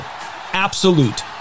absolute